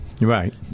Right